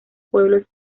pueblos